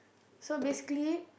so basically